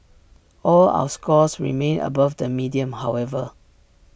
all our scores remain above the median however